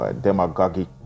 Demagogic